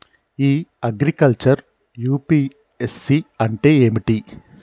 ఇ agriculture UPSC అంటే ఏమిటి?